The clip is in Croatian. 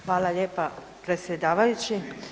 Hvala lijepa predsjedavajući.